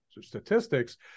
statistics